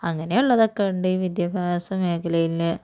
അങ്ങനെ ഉള്ളതുകൊണ്ട് ഈ വിദ്യാഭ്യാസ മേഖലയില്